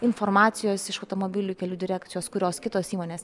informacijos iš automobilių kelių direkcijos kurios kitos įmonės